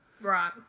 Right